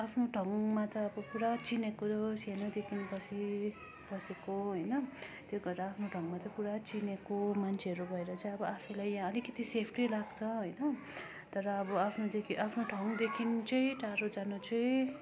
आफ्नो ठाउँमा त अब पुरा चिनेको सानोदेखि बसे बसेको होइन त्यो भएर आफ्नो ठाउँमा चाहिँ पुरा चिनेको मान्छेहरू भएर चाहिँ अब आफूलाई अलिकति सेफ्टी लाग्छ होइन तर अब आफ्नोदेखि आफ्नो ठाउँदेखि चाहिँ टाढो जानु चाहिँ